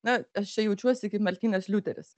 na aš čia jaučiuosi kaip martynas liuteris